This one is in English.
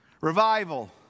revival